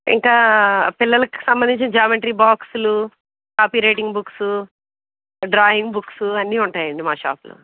ఇంకా పిల్లలకి సంబందించిన జామెట్రీ బాక్సులు కాపీరేటింగ్ బుక్సు డ్రాయింగ్ బుక్సు అన్ని ఉంటాయండి మాషాప్లో